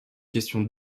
questions